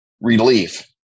relief